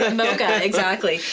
ah mocha exactly.